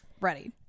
ready